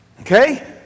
Okay